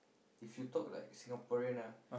if you take like Singaporean ah